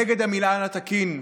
נגד המינהל התקין.